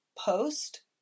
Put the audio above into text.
post